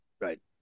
Right